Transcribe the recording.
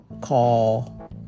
call